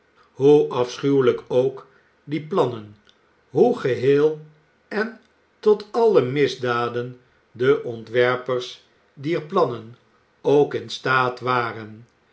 hoe afschuwelijk ook die plannen hoe geheel en tot alle misdaden de ontwerpers dier plannen ook in staat waren